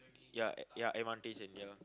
ya ya advantage and ya